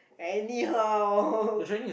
anyhow